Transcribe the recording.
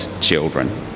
children